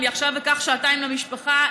אני עכשיו אקח שעתיים למשפחה,